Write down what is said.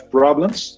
problems